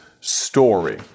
story